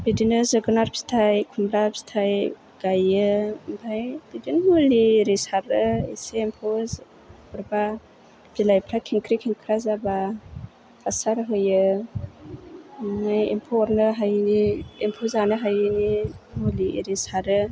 बिदिनो जोगोनार फिथाइ खुमब्रा फिथाइ गायो ओमफ्राय बिदिनो मुलि एरि सारो एसे एम्फौ अरबा बिलाइफ्रा खेंख्रि खेंख्रा जाबा हासार होयो माने एम्फौ अरनो हायैनि एम्फौ जानो हायैनि मुलि एरि सारो